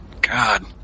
God